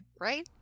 right